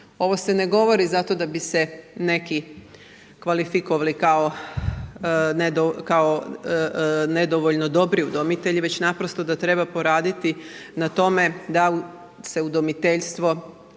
Ovo se ne govori zato da bi se neki kvalifikovali kao nedovoljno dobri udomitelji, već naprosto da treba poraditi na tome da se udomiteljstvo